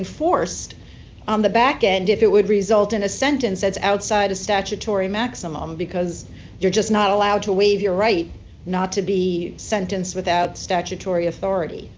enforced on the back end if it would result in a sentence that's outside a statutory maximum because you're just not allowed to waive your right not to be sentenced without statutory authority